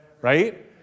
right